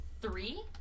Three